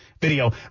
video